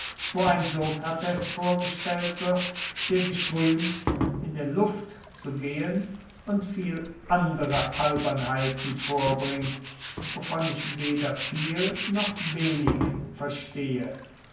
wo ein sokrates vorgestellt wird der sich rühmt in der luft zu gehen und viel andere albernheiten vorbringt wovon ich weder viel noch wenig verstehe